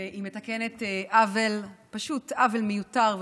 והיא מתקנת עוול, פשוט עוול מיותר ומטופש.